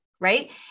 right